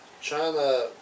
China